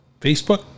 Facebook